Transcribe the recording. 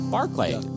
Barclay